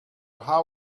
how